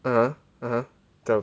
(uh huh) (uh huh)